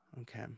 okay